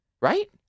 right